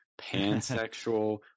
pansexual